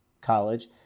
college